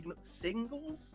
singles